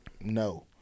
no